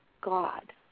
God